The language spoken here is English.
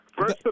First